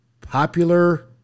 popular